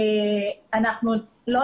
אנחנו שוק